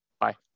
bye